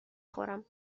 خورم